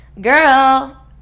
girl